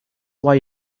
why